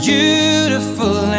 Beautiful